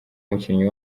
umukinnyi